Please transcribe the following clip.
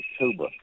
October